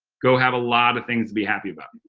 go have a lot of things to be happy about. and